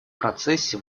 процессе